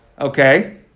Okay